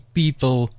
people